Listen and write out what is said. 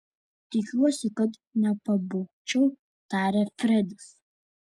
tikiuosi kad nepabūgčiau tarė fredis